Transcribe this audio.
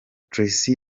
tracy